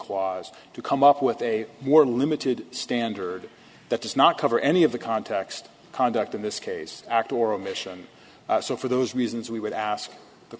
clause to come up with a more limited standard that does not cover any of the context conduct in this case act or omission so for those reasons we would ask the